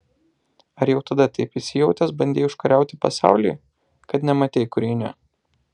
ar jau tada taip įsijautęs bandei užkariauti pasaulį kad nematei kur eini